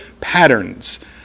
patterns